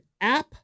app